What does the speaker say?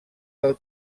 del